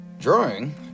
Drawing